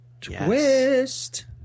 twist